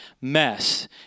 mess